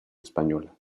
española